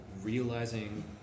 realizing